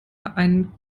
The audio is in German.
einen